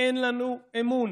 אין לנו אמון.